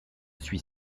suis